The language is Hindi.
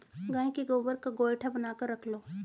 गाय के गोबर का गोएठा बनाकर रख लो